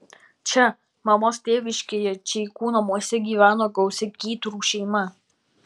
čia mamos tėviškėje čeikų namuose gyveno gausi kytrų šeima